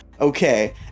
Okay